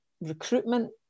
recruitment